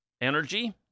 energy